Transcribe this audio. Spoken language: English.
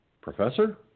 Professor